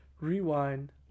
Rewind